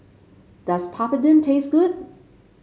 does Papadum taste good